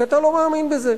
כי אתה לא מאמין בזה.